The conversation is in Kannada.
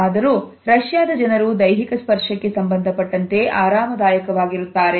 ಆದರೂ ರಷ್ಯಾದ ಜನರು ದೈಹಿಕ ಸ್ಪರ್ಶಕ್ಕೆ ಸಂಬಂಧಪಟ್ಟಂತೆ ಆರಾಮದಾಯಕವಾಗಿರುತ್ತಾರೆ